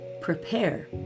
prepare